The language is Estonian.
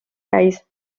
käis